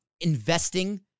investing